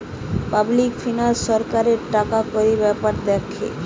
public finance সরকারের টাকাকড়ির বেপার দ্যাখে